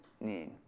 need